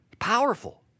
Powerful